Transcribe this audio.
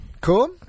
Cool